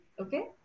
Okay